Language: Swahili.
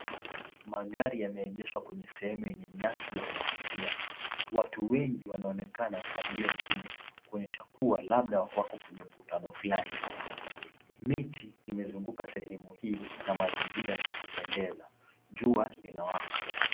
Magari yameegeshwa kwenye sehemu yenye nyasi ya kuvutia. Wengi wanaonekana kwa upande ule mwingine kuonyesha kuwa labda wako kwenye mkutano fulani. Miti imezingira sehemu hii na mazingira ni ya kupendeza. Jua linawaka.